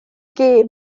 gêm